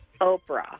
Oprah